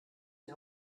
die